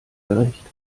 gerecht